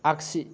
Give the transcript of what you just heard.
आगसि